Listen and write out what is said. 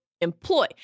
employ